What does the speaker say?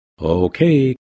Okay